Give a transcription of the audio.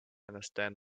understand